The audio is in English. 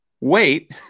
wait